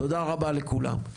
תודה רבה לכולם.